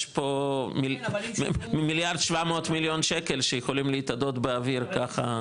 יש פה מ-1.700 מיליארד שיכולים להתאדות באוויר ככה.